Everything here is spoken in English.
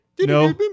No